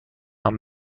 آهن